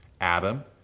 Adam